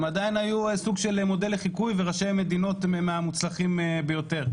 הם עדיין היו סוג של מודל לחיקוי וראשי המדינות מהמוצלחים ביותר.